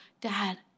Dad